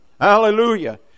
Hallelujah